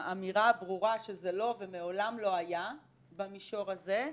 האמירה הברורה שזה לא ומעולם לא היה במישור הזה,